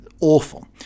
Awful